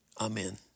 Amen